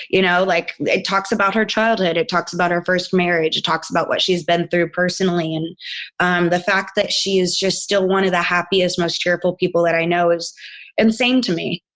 you know, like it talks about her childhood. it talks about her first marriage, talks about what she's been through personally and um the fact that she is just still one of the happiest, most cheerful people that i know is insane to me,